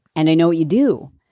and i know what you do,